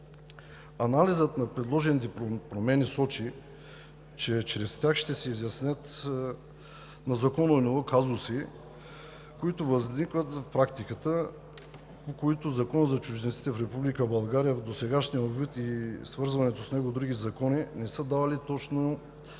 Анализът на предложените промени сочи, че чрез тях ще се изяснят на законово ниво казуси, които възникват в практиката и на които Законът за чужденците в Република България в досегашния вид и свързването с други закони не са давали точни